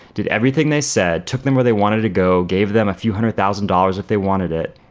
did everything they said, took them where they wanted to go, gave them a few hundred thousand dollars if they wanted it,